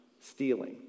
stealing